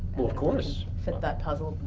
of course. set that puzzle,